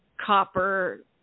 copper